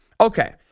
Okay